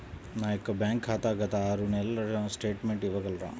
నా యొక్క బ్యాంక్ ఖాతా గత ఆరు నెలల స్టేట్మెంట్ ఇవ్వగలరా?